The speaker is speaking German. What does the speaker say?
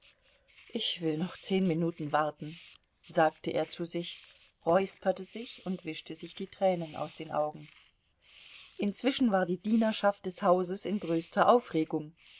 ich will noch zehn minuten warten sagte er zu sich räusperte sich und wischte sich die tränen aus den augen inzwischen war die dienerschaft des hauses in größter aufregung